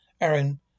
Aaron